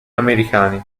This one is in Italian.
americani